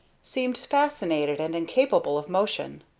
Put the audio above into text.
seemed fascinated and incapable of motion.